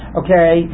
okay